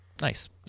Nice